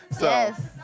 Yes